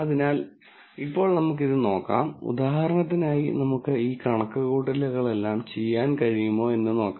അതിനാൽ ഇപ്പോൾ നമുക്ക് ഇത് നോക്കാം ഉദാഹരണത്തിനായി നമുക്ക് ഈ കണക്കുകൂട്ടലുകളെല്ലാം ചെയ്യാൻ കഴിയുമോ എന്ന് നോക്കാം